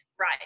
right